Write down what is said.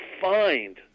find